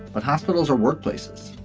but hospitals are workplaces.